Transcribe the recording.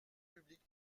publique